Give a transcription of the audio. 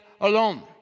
alone